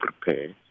prepare